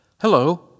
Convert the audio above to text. Hello